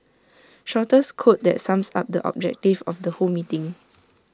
shortest quote that sums up the objective of the whole meeting